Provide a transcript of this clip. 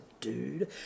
dude